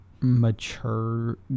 mature